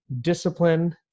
discipline